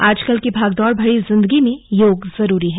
आजकल की भागदौड़ भरी जिंदगी में योग जरूरी है